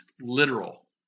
literal